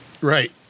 Right